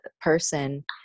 person